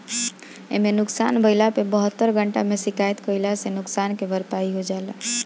इमे नुकसान भइला पे बहत्तर घंटा में शिकायत कईला से नुकसान के भरपाई हो जाला